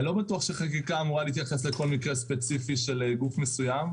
אני לא בטוח שחקיקה אמורה להתייחס לכל מקרה ספציפי של גוף מסוים.